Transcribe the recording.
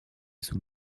sous